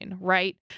right